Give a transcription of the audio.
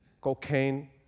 cocaine